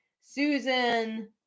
Susan